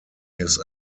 his